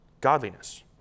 godliness